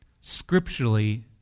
Scripturally